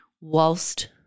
whilst